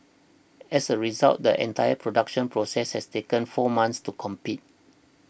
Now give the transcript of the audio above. as a result the entire production process has taken four months to compete